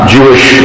Jewish